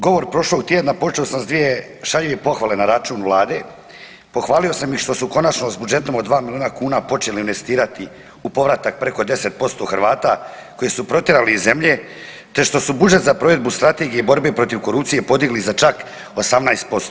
Govor prošlog tjedna počeo sam s dvije šaljive pohvale na račun Vlade, pohvalio sam ih što su konačnom s budžetom od 2 milijuna kuna počeli investirati u povratak preko 10% Hrvata koji su protjerani iz zemlje te što su budžet za provedbu Strategije borbe protiv korupcije podigli za čak 18%